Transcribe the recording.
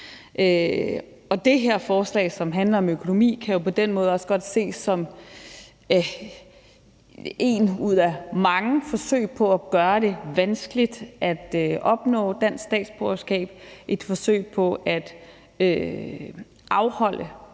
Det her forslag, som handler om økonomi, kan jo på den måde også godt ses som et ud af mange forsøg på at gøre det vanskeligt at opnå dansk statsborgerskab, et forsøg på at afholde